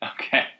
Okay